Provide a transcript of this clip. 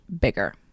bigger